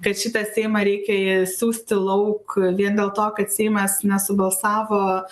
kad šitą seimą reikia siųsti lauk vien dėl to kad seimas nesubalsavo